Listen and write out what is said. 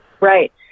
Right